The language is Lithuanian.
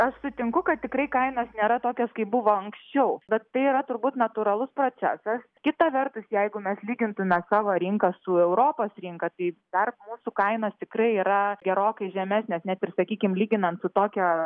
aš sutinku kad tikrai kainos nėra tokios kaip buvo anksčiau bet tai yra turbūt natūralus procesas kita vertus jeigu mes lygintumėme savo rinką su europos rinka tai dar mūsų kainos tikrai yra gerokai žemesnės net ir sakykim lyginant su tokio